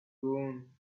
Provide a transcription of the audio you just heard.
gone